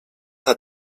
hat